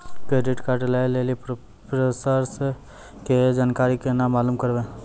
Credit card लय लेली process के जानकारी केना मालूम करबै?